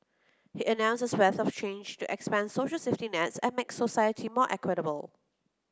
he announced a swathe of change to expand social safety nets and make society more equitable